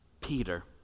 Peter